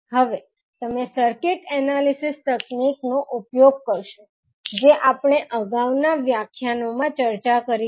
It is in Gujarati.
હવે તમે સર્કિટ એનાલિસિસ તકનીકોનો ઉપયોગ કરશો જે આપણે આપણા અગાઉના વ્યાખ્યાનોમાં ચર્ચા કરી હતી